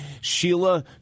Sheila